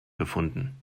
gefunden